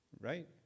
Right